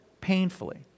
painfully